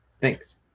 Thanks